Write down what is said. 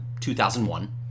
2001